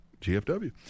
GFW